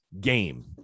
game